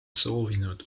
soovinud